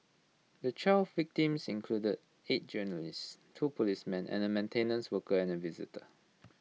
the twelve victims included eight journalists two policemen and A maintenance worker and A visitor